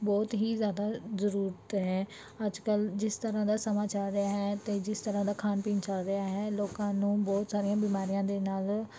ਬਹੁਤ ਹੀ ਜ਼ਿਆਦਾ ਜ਼ਰੂਰਤ ਹੈ ਅੱਜ ਕੱਲ੍ਹ ਜਿਸ ਤਰ੍ਹਾਂ ਦਾ ਸਮਾਂ ਚੱਲ ਰਿਹਾ ਹੈ ਅਤੇ ਜਿਸ ਤਰ੍ਹਾਂ ਦਾ ਖਾਣ ਪੀਣ ਚੱਲ ਰਿਹਾ ਹੈ ਲੋਕਾਂ ਨੂੰ ਬਹੁਤ ਸਾਰੀਆਂ ਬਿਮਾਰੀਆਂ ਦੇ ਨਾਲ